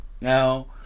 Now